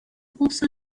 also